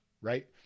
Right